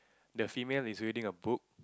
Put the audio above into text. the female is reading a book